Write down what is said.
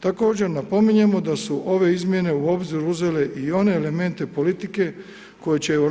Također napominjemo da su ove izmjene u obzir uzele i one elemente politike koje će EU